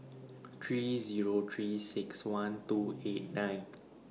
three Zero three six one two eight nine